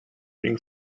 being